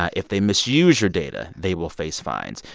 ah if they misuse your data, they will face fines.